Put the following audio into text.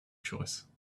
choice